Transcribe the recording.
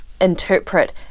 interpret